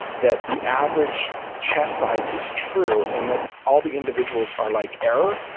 that the average chess size is true and that all the individuals are like error,